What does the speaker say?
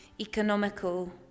economical